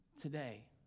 today